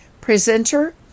Presenter